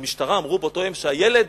במשטרה אמרו באותו יום שהילד